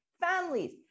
families